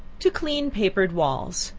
to clean papered walls.